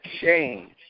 change